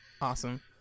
Awesome